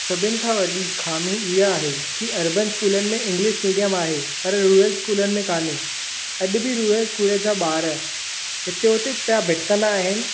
सभनि खां वडी॒ ख़ामी इहा आहे की अरबन स्कूलनि में इंग्लिश मीडियम आहे पर रूरल स्कूलनि में कोन्हे अॾु बि रूरल स्कूल जा बा॒र हिते हुते पिया भटकंदा आहिनि